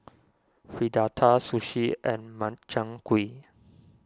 Fritada Sushi and Makchang Gui